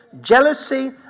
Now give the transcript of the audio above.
Jealousy